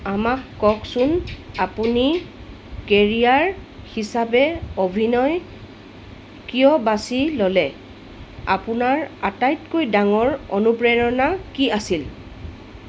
আমাক কওকচোন আপুনি কেৰিয়াৰ হিচাপে অভিনয় কিয় বাছি ল'লে আপোনাৰ আটাইতকৈ ডাঙৰ অনুপ্ৰেৰণা কি আছিল